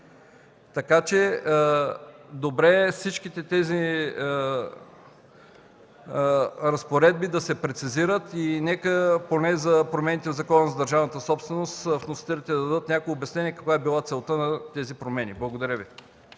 цели. Добре е всички тези разпоредби да се прецизират и нека поне за промените в Закона за държавната собственост вносителите да дадат някакво обяснение каква е била целта на тези промени. Благодаря Ви.